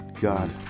God